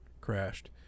crashed